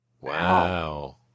Wow